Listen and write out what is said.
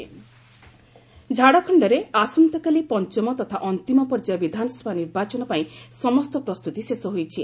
Jharkhand election ଝାଡ଼ଖଣ୍ଡରେ ଆସନ୍ତାକାଲି ପଞ୍ଚମ ତଥା ଅନ୍ତିମ ପର୍ଯ୍ୟାୟ ବିଧାନସଭା ନିର୍ବାଚନ ପାଇଁ ସମସ୍ତ ପ୍ରସ୍ତୁତି ଶେଷ ହୋଇଛି